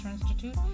Institute